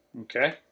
Okay